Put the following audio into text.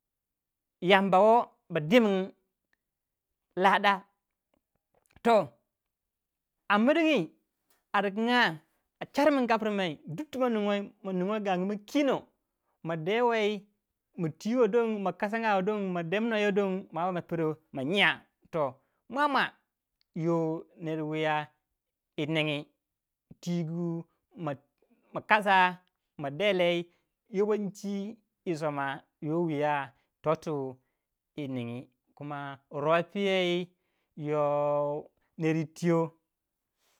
A miringi a riganga, char min gapir mai duk tu maningoi ma ningoi gangu ma kino ma twi wei ma kasanga don a we don ba ma pero ma nya to mwa mwa yon ner wiy yining twigu ma kasa ma de leu yoh wi twi yi soma yo wuya to twi yiningi rop yey.